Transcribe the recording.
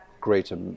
greater